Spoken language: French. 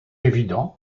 évident